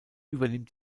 übernimmt